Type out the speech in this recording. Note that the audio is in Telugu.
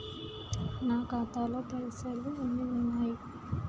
నా ఖాతాలో పైసలు ఎన్ని ఉన్నాయి?